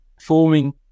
forming